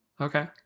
okay